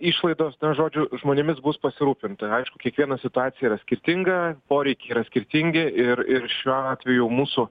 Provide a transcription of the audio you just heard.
išlaidos žodžiu žmonėmis bus pasirūpinta aišku kiekviena situacija yra skirtinga poreikiai yra skirtingi ir ir šiuo atveju mūsų